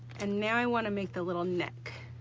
and now i want to make the little neck,